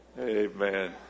Amen